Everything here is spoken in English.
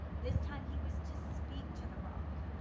this time he was to speak to the rock,